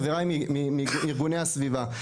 חבריי מארגוני הסביבה.